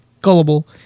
gullible